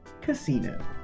Casino